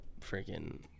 freaking